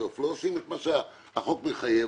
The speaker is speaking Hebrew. לא עושים את מה שהחוק מחייב.